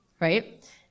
Right